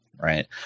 right